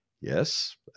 Yes